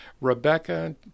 Rebecca